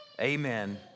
Amen